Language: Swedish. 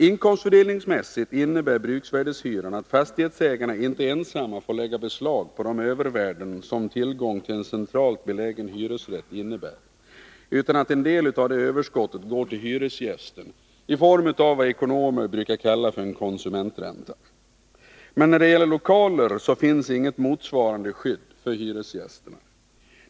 Inkomstfördelningsmässigt innebär bruksvärdeshyran att fastighetsägarna inte ensamma får lägga beslag på de övervärden som tillgång till en centralt belägen hyresrätt innebär, utan att en del av detta överskott går till hyresgästen i form av vad ekonomer brukar kalla för en konsumentränta. När det gäller lokaler finns det inget motsvarande skydd för hyresgäster.